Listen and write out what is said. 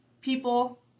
people